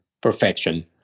perfection